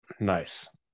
nice